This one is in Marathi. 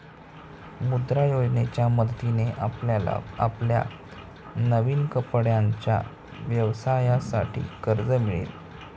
मुद्रा योजनेच्या मदतीने आपल्याला आपल्या नवीन कपड्यांच्या व्यवसायासाठी कर्ज मिळेल